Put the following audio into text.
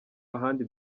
ahandi